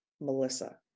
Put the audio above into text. Melissa